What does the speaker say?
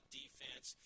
defense